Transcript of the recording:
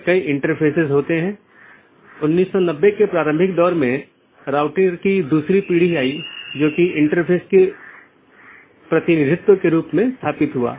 किसी भी ऑटॉनमस सिस्टमों के लिए एक AS नंबर होता है जोकि एक 16 बिट संख्या है और विशिष्ट ऑटोनॉमस सिस्टम को विशिष्ट रूप से परिभाषित करता है